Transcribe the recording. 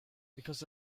because